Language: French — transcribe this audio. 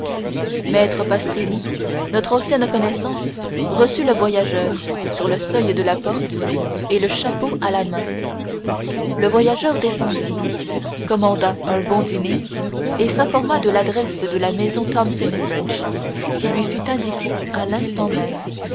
maître pastrini notre ancienne connaissance reçut le voyageur sur le seuil de la porte et le chapeau à la main le voyageur descendit commanda un bon dîner et s'informa de l'adresse de la maison thomson et french qui lui fut indiquée à l'instant même